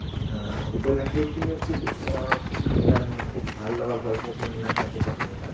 উপন্যাস সেইখিনিও খুব উচ্চমানৰ খুব ধুনীয়া ধুনীয়া খুব ভাল লগা গল্প উপন্যাস তাতে প্ৰকাশ পায়